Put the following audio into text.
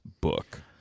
book